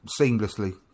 seamlessly